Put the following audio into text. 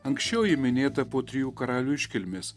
anksčiau minėta po trijų karalių iškilmės